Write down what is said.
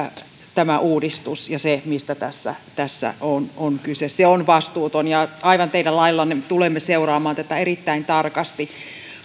tämä uudistus ja se mistä tässä tässä on on kyse se on vastuuton ja aivan teidän laillanne tulemme seuraamaan tätä erittäin tarkasti